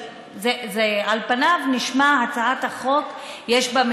על פניו היא נשמעת הצעת החוק שיש בה,